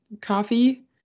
coffee